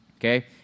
okay